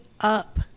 up